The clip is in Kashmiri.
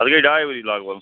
اتھ گٔے ڈاے ؤری لگ بگ